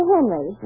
Henry